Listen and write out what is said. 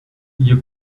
you